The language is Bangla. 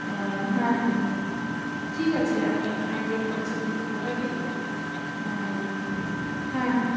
হ্যাঁ হ্যাঁ ঠিক আছে আমি আমি ওয়েট করছি আপনি ফোনটা দিন হ্যাঁ হ্যাঁ